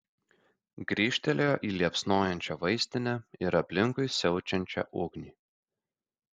grįžtelėjo į liepsnojančią vaistinę ir aplinkui siaučiančią ugnį